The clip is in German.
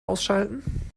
ausschalten